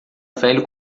velho